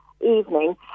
evening